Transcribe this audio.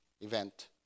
event